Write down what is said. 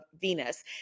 Venus